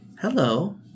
hello